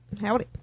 howdy